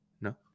No